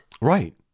Right